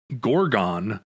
gorgon